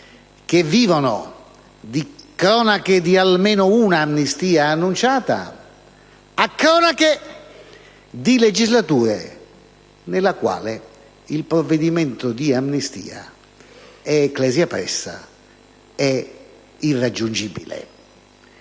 che vivevano di cronache di almeno un'amnistia annunciata a cronache di legislature, nelle quali il provvedimento di amnistia è *ecclesia pressa*. [**Presidenza